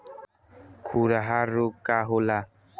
खुरहा रोग का होला?